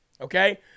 okay